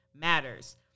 matters